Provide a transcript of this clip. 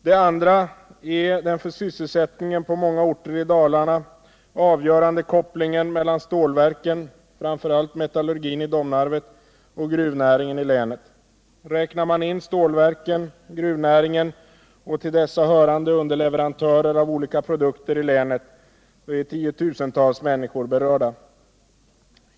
Det andra är den för sysselsättningen på många orter i Dalarna avgörande kopplingen mellan stålverken, framför allt metallurgin i Domnarvet, och gruvnäringen i länet. Räknar man in stålverken, gruvnäringen och till dessa hörande underleverantörer av olika produkter i länet är tiotusentals människor berörda.